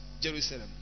jerusalem